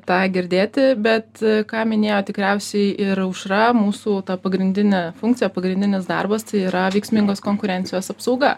tą girdėti bet ką minėjo tikriausiai ir aušra mūsų pagrindinė funkcija pagrindinis darbas tai yra veiksmingos konkurencijos apsauga